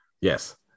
Yes